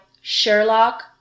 Sherlock